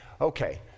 okay